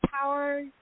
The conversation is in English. power